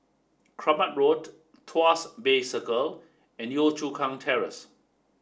Kramat Road Tuas Bay Circle and Yio Chu Kang Terrace